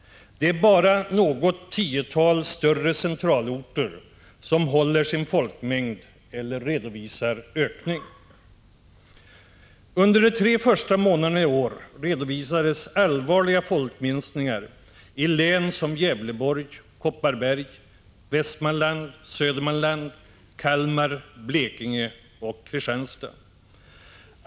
Det är bara något tiotal större centralorter som håller sin folkmängd eller redovisar ökning. Prot. 1985/86:148 Under de tre första månaderna i år redovisades allvarliga folkminskningar 22 maj 1986 i län som Gävleborg, Kopparberg, Västmanland, Södermanland, Kalmar, Blekinge och Kristianstad.